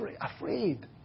afraid